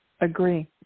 agree